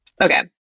Okay